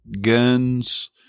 guns